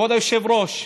כבוד היושב-ראש,